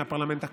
מהפרלמנט הקנדי,